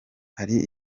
hari